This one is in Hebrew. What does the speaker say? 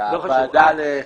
אני הוזמנתי לדיון.